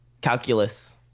Calculus